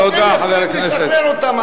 אתם יכולים לשחרר אותם.